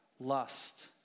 lust